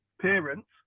parents